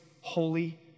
holy